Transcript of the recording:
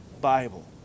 Bible